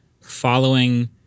following